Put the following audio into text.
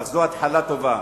אך זו התחלה טובה,